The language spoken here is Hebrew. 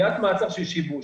עילת מעצר של שיבוש,